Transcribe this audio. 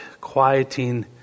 quieting